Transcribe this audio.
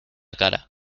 cara